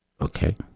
Okay